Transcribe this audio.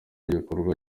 gikorwa